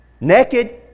Naked